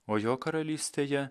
o jo karalystėje